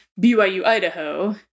BYU-Idaho